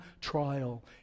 trial